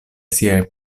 siaj